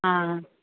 हा